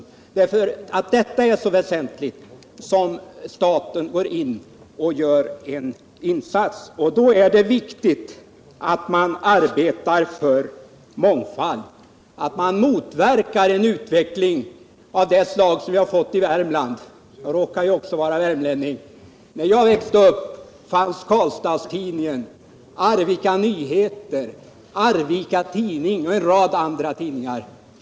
Det är därför att detta är så väsentligt som staten går in och gör en insats. Det är viktigt att man arbetar för mångfald och motverkar en utveckling av det slag som vi har fått i Värmland — jag vill beröra det, eftersom jag också råkar vara värmlänning. När jag växte upp fanns Karlstads-Tidningen, Arvika Nyheter, Arvika Tidning och en rad andra tidningar.